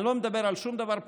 אני לא מדבר על שום דבר פלילי,